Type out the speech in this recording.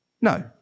No